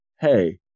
hey